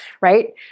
right